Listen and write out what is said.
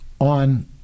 on